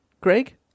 Greg